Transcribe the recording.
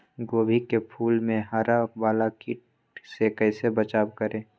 गोभी के फूल मे हरा वाला कीट से कैसे बचाब करें?